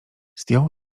zdjął